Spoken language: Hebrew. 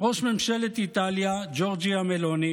ראש ממשלת איטליה ג'ורג'יה מלוני